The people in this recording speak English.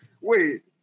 wait